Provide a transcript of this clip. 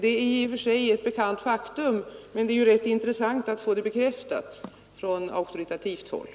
Det är i och för sig ett bekant faktum, men det är ju intressant att få det bekräftat från auktoritativt håll.